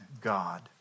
God